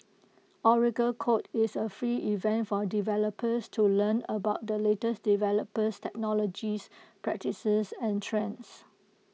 Oracle code is A free event for developers to learn about the latest developers technologies practices and trends